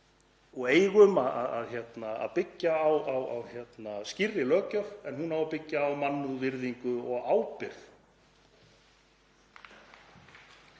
og eigum að byggja á skýrri löggjöf en hún á að byggjast á mannúð, virðingu og ábyrgð.